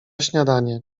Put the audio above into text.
śniadanie